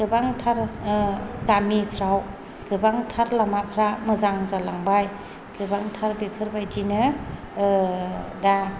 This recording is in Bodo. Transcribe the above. गोबांथार गामिफोराव गोबांथार लामाफोरा मोजां जालांबाय गोबांथार बेफोरबायदिनो दा